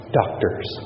doctors